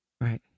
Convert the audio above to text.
Right